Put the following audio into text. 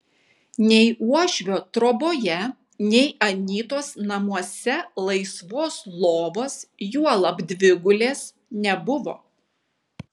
nei uošvio troboje nei anytos namuose laisvos lovos juolab dvigulės nebuvo